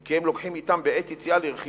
כי הם לוקחים אתם בעת יציאה לרכיבה